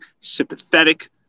sympathetic